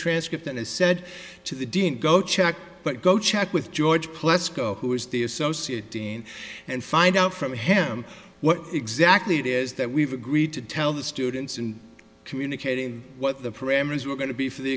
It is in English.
transcript and i said to the dean go check but go check with george plus go who is the associate dean and find out from him what exactly it is that we've agreed to tell the students and communicating what the parameters were going to be for the